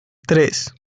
tres